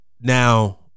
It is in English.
now